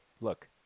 look